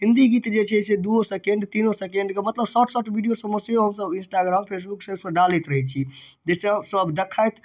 हिन्दी गीत जे छै से दुइओ सेकण्ड तीनो सेकण्डके मतलब शॉर्ट शॉर्ट वीडिओसबमे सेहो हमसब इन्स्टाग्राम फेसबुक सबपर डालैत रहै छी जाहिसँ सब देखथि